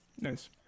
Nice